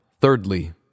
thirdly